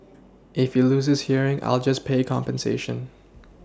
if he loses hearing I'll just pay compensation